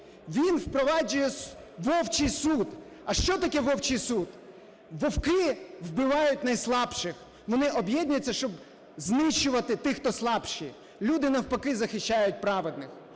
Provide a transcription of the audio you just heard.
він впроваджує "вовчий" суд. А що таке "вовчий" суд? Вовки вбивають найслабших. Вони об'єднуються, щоб знищувати тих, хто слабший. Люди, навпаки, захищають праведних.